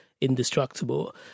indestructible